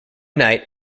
night